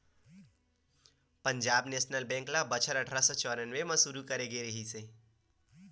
Punjab national bank ल बछर अठरा सौ चौरनबे म सुरू करे गे रिहिस हे